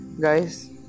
guys